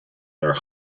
their